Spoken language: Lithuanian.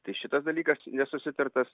tai šitas dalykas nesusitartas